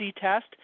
test